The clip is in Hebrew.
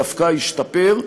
דווקא ישתפר,